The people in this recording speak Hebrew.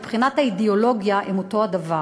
מבחינת האידיאולוגיה הם אותו הדבר.